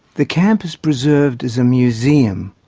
the camp is preserved as a museum.